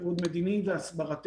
כפי שנאמר להם על-ידי בכירי המדינה.